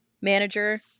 manager